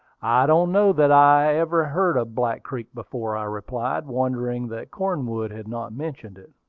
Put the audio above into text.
i don't know that i ever heard of black creek before, i replied, wondering that cornwood had not mentioned it.